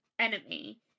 enemy